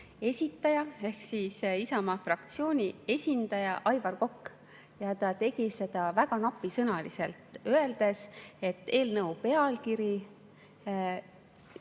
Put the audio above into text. esitaja ehk Isamaa fraktsiooni esindaja Aivar Kokk, kes tegi seda väga napisõnaliselt, öeldes, et eelnõu pealkiri